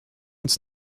uns